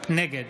נגד